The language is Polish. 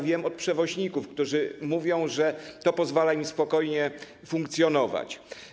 Wiem to od przewoźników, którzy mówią, że to pozwala im spokojnie funkcjonować.